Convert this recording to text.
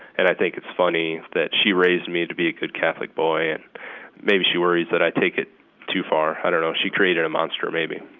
and i think it's funny that she raised me to be a good catholic boy, and maybe she worries that i take it too far. i don't know, she created a monster, maybe